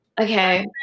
Okay